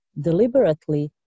deliberately